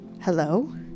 Hello